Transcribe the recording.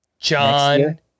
John